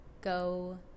go